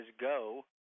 go